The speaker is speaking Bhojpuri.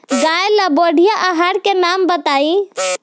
गाय ला बढ़िया आहार के नाम बताई?